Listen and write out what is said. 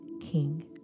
king